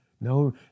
No